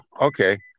okay